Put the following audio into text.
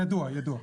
ידוע.